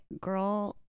girl